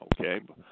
okay